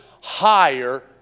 higher